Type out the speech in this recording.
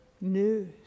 news